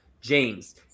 James